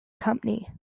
company